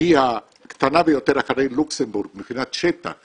היא הקטנה ביותר אחרי לוקסמבורג מבחינת שטח